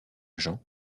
jean